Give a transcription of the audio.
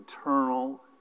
eternal